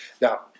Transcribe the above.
Now